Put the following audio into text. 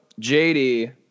JD